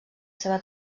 seva